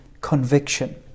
conviction